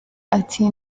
ati